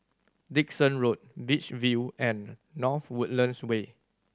Dickson Road Beach View and North Woodlands Way